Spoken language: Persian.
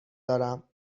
دارم